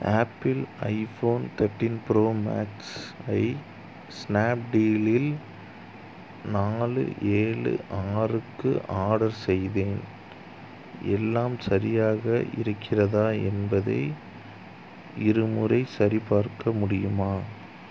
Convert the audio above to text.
apple iPhone thirteen pro max ஐ ஸ்னாப்டீலில் நாலு ஏழு ஆறுக்கு ஆர்டர் செய்தேன் எல்லாம் சரியாக இருக்கிறதா என்பதை இருமுறை சரிபார்க்க முடியுமா